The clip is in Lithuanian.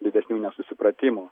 didesnių nesusipratimų